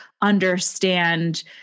understand